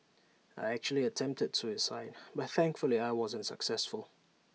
I actually attempted suicide but thankfully I wasn't successful